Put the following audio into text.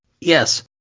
Yes